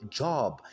job